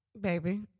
Baby